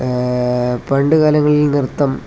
പണ്ടുകാലങ്ങളിൽ നൃത്തം